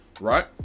Right